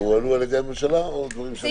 שהועלו על ידי הממשלה או דברים שאנחנו